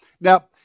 Now